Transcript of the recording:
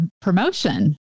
promotion